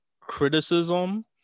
criticism